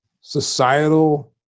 societal